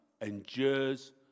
endures